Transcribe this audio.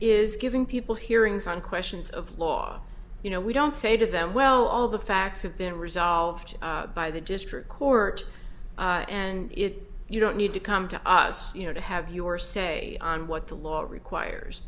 is giving people hearings on questions of law you know we don't say to them well all the facts have been resolved by the district court and it you don't need to come to us you know to have your say on what the law requires